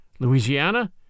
Louisiana